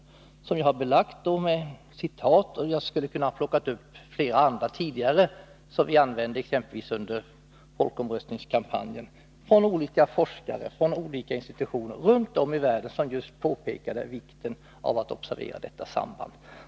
Detta har jag alltså belagt med citat, och jag kunde ha tagit fram flera andra, som vi använde exempelvis under folkomröstningskampanjen, från forskare och institutioner runt om i världen som just påpekade vikten av att observera detta samband.